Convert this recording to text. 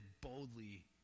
boldly